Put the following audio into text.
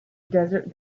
desert